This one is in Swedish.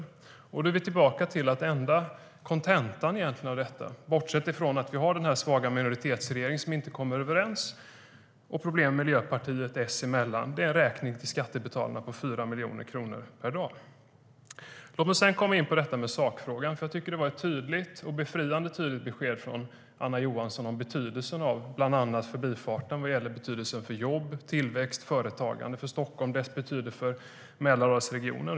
Då är vi tillbaka till att kontentan av detta, bortsett från att vi har en denna svaga minoritetsregering som inte kommer överens och problem Miljöpartiet och Socialdemokraterna emellan, är en räkning till skattebetalarna på 4 miljoner kronor per dag. Låt oss sedan komma in på detta med sakfrågan. Jag tycker att det var ett befriande tydligt besked från Anna Johansson om betydelsen av Förbifarten vad gäller jobb, tillväxt och företagande i Stockholm och om dess betydelse för Mälardalsregionen.